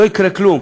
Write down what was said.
לא היה קורה כלום